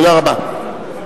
תודה רבה.